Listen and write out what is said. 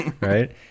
right